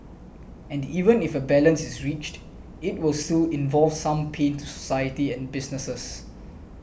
and even if a balance is reached it will still involve some pain to society and businesses